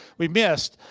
we missed.